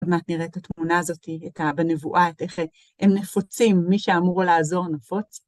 עוד מעט , נראה את התמונה הזאתי, את הבנבואה, איך הם נפוצים, מי שאמור לעזור נפוץ.